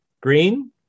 Green